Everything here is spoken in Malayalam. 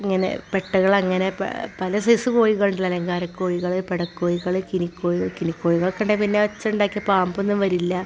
ഇങ്ങനെ പെട്ടകൾ അങ്ങനെ പല സൈസ് കോഴികൾ അലങ്കാര കോഴികൾ പെട കോഴികൾ ഗിനി കോഴികൾ ഗിനി കോഴികൾ ഒക്കെയുണ്ട് പിന്നെ വെച്ചുണ്ടാക്കിയാൽ പാമ്പൊന്നും വരില്ല